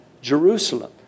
Jerusalem